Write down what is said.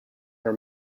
her